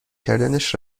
کردنش